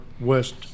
west